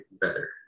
better